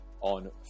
on